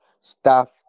staff